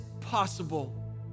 possible